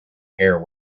hair